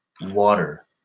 Water